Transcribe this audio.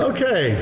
Okay